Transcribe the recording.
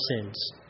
sins